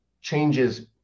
changes